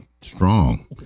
Strong